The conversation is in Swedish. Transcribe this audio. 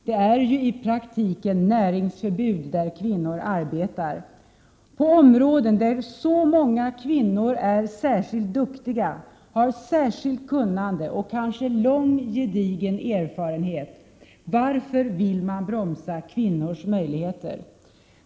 Det är ju i praktiken näringsförbud där kvinnor arbetar — på områden där så många kvinnor är särskilt duktiga, har särskilt kunnande och kanske lång gedigen erfarenhet. Varför vill man bromsa kvinnors möjligheter?